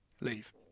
leave